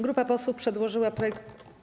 Grupa posłów przedłożyła projekt.